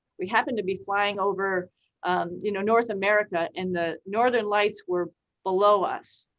we happened to be flying over you know north america and the northern lights were below us.